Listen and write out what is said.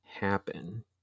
happen